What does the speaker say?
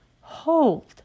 hold